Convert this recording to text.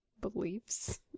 beliefs